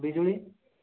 ବିଜୁଳି